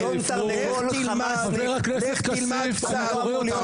אדון תרנגול חמאסניק --- לך תלמד קצת תרבות,